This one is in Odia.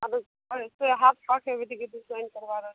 ଏବେ ଏଥିରେ ହାତ୍ କ'ଣ କେମିତି କି ଡିଜାଇନ୍ କରିବାର ଅଛି